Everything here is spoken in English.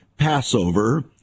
Passover